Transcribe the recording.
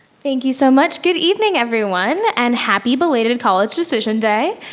thank you so much. good evening, everyone. and happy belated college decision day.